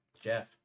Jeff